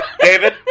David